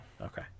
okay